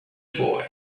boy